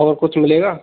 और कुछ मिलेगा